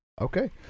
Okay